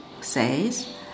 says